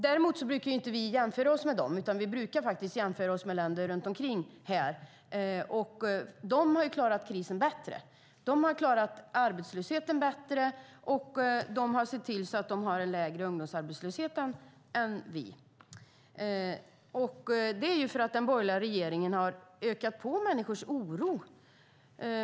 Dock brukar vi inte jämföra oss med de länderna, utan vi brukar jämföra oss med länderna runt omkring oss. De har klarat krisen bättre. De har klarat arbetslösheten bättre, och de har sett till att ha lägre ungdomsarbetslöshet än vi. Det är för att den borgerliga regeringen har ökat på människors oro.